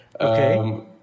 Okay